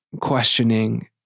questioning